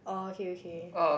uh okay okay